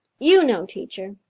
you know, teacher.